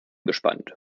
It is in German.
gespannt